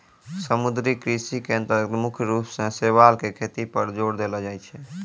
समुद्री कृषि के अन्तर्गत मुख्य रूप सॅ शैवाल के खेती पर जोर देलो जाय छै